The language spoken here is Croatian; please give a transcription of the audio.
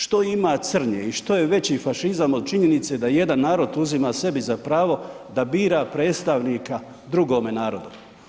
Što ima crnje i što je veći fašizam od činjenice da jedan narod uzima sebi za pravo da bira predstavnika drugome narodu.